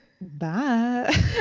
Bye